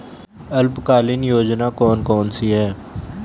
अल्पकालीन योजनाएं कौन कौन सी हैं?